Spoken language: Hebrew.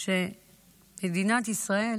שמדינת ישראל